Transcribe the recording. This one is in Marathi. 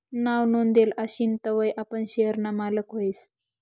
नाव नोंदेल आशीन तवय आपण शेयर ना मालक व्हस